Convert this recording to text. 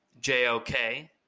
JOK